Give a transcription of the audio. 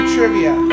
Trivia